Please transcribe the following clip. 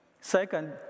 Second